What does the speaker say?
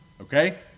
okay